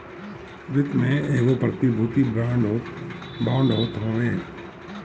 वित्त में एगो प्रतिभूति बांड होत हवे